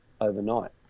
overnight